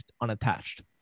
unattached